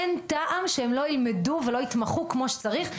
אין טעם שהם לא ילמדו ולא יתמחו כמו שצריך.